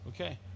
Okay